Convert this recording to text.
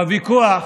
בוויכוח